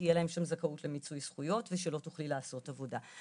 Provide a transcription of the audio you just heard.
תהיה להם שום זכאות למיצוי זכויות ושלא תוכלי לעשות עבודה.